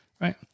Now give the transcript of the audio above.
Right